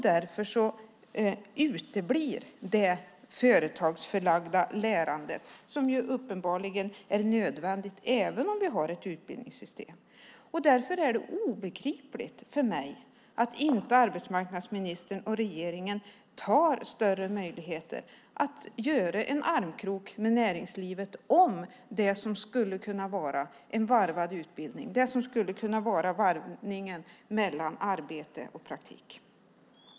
Därför uteblir det företagsförlagda lärande som uppenbarligen är nödvändigt även om vi har ett utbildningssystem. Det är därför obegripligt för mig att inte arbetsmarknadsministern och regeringen ger större möjligheter att göra en armkrok med näringslivet om det som skulle kunna vara en varvad utbildning, det vill säga en varvning mellan arbete och praktik.